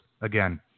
again